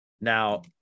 Now